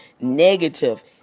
negative